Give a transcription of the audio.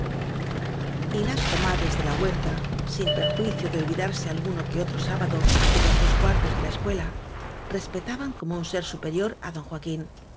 las comadres de la huerta sin perjuicio de olvidarse alguno que otro sábado de los dos cuartos de la escuela respetaban como un sér superior á d joaquín